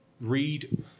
read